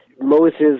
Moses